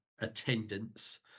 attendance